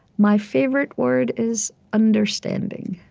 my favorite word is understanding.